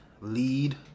lead